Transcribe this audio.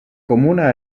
comuna